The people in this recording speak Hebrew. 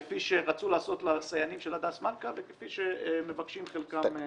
כפי שרצו לעשות לסייענים של הדס מלכה וכפי שמבקשים חלקם לקבל.